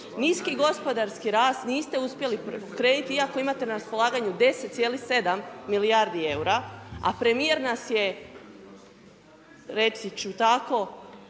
Niski gospodarski rast niste uspjeli .../Govornik se ne razumije./..., iako imate na raspolaganju 10,7 milijardi eura, a premijer nas je, reći ću tako,